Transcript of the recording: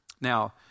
Now